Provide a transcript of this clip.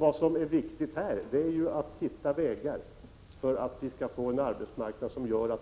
Vad som är viktigt är att hitta vägar för att få en arbetsmarknad